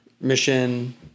mission